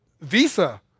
Visa